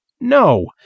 No